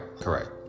Correct